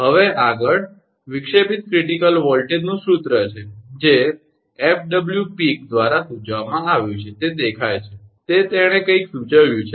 હવે આગળ વિક્ષેપિત ક્રિટિકલ વોલ્ટેજનું સૂત્ર છે જે FW Peekએફડબ્લ્યુ પીક દ્વારા સૂચવવામાં આવ્યું છે તે દેખાય છે કે તેણે કંઈક સૂચવ્યું છે